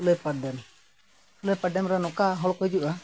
ᱥᱩᱞᱟᱹᱭᱯᱟᱲ dam ᱥᱩᱞᱟᱹᱭᱯᱟᱲ dam ᱨᱮ ᱱᱚᱝᱠᱟ ᱦᱚᱲ ᱠᱚ ᱦᱤᱡᱩᱜᱼᱟ